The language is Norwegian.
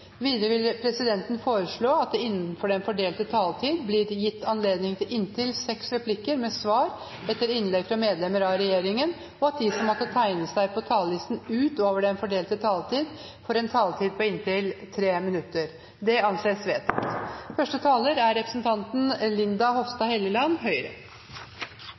Videre vil presidenten foreslå at det blir gitt anledning til inntil seks replikker med svar etter innlegg fra medlemmer av regjeringen innenfor den fordelte taletid, og at de som måtte tegne seg på talerlisten utover den fordelte taletid, får en taletid på inntil 3 minutter. – Det anses vedtatt. Det er